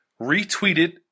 retweeted